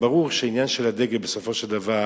ברור שהעניין של הדגל, בסופו של דבר,